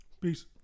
peace